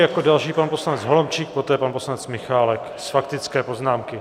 Jako další pan poslanec Holomčík, poté pan poslanec Michálek, faktické poznámky.